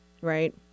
right